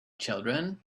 children